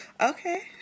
Okay